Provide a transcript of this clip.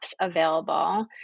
available